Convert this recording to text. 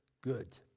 good